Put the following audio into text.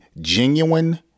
genuine